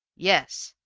yes,